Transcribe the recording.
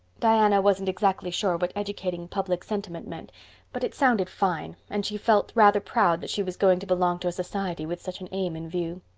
diana wasn't exactly sure what educating public sentiment meant but it sounded fine and she felt rather proud that she was going to belong to a society with such an aim in view.